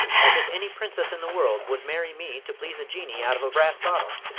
as if any princess in the world would marry me to please a jinnee out of a brass bottle!